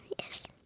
Yes